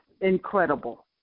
incredible